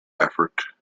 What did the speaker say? effort